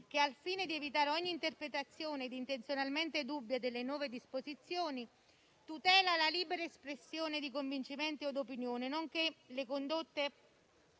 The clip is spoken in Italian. che, al fine di evitare ogni interpretazione intenzionalmente dubbia delle nuove disposizioni, tutela la libera espressione di convincimento o d'opinione, nonché le condotte